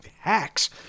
hacks